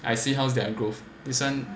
I see how's their growth this [one]